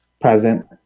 Present